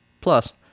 Plus